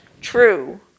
true